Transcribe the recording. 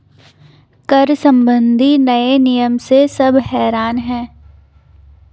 कर संबंधी नए नियम से सब हैरान हैं